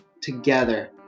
together